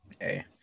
Hey